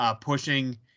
pushing